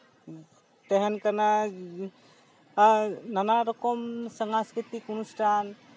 ᱛᱟᱦᱮᱱ ᱠᱟᱱᱟ ᱮᱸᱻ ᱱᱟᱱᱟᱨᱚᱠᱚᱢ ᱞᱟᱠᱪᱟᱨ ᱟᱠᱷᱲᱟ